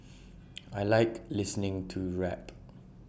I Like listening to rap